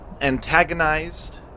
antagonized